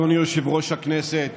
אדוני יושב-ראש הכנסת,